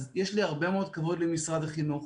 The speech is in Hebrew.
אז יש לי הרבה מאוד כבוד למשרד החינוך.